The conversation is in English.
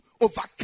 overcome